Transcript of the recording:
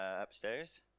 upstairs